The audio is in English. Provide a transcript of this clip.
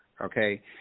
Okay